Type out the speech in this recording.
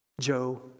Joe